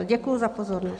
Děkuji za pozornost.